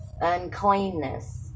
Uncleanness